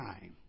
time